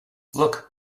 look